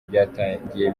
byatangiye